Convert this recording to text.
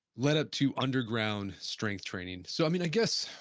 led up to underground strength straining so i mean i guess,